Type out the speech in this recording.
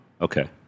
Okay